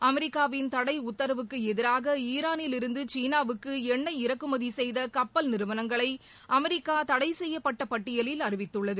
அமெரிக்காவின் தடை உத்தரவுக்கு எதிராக ஈராளில் இருந்து சீனாவுக்கு எண்ணெய் இறக்குமதி செய்த கப்பல் நிறுவனங்களை அமெரிக்கா தடைசெய்யப்பட்ட பட்டியலில் அறிவித்துள்ளது